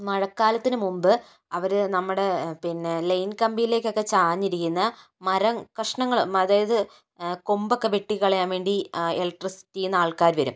മഴക്കാലത്തിന് മുൻപ് അവർ നമ്മുടെ പിന്നെ ലയിൻ കമ്പിയിലേക്കൊക്കെ ചാഞ്ഞിരിക്കുന്ന മരം കഷണങ്ങൾ അതായത് കൊമ്പൊക്കെ വെട്ടിക്കളയാൻ വേണ്ടി ഇലക്ട്രിസിറ്റിയിൽനിന്ന് ആൾക്കാർ വരും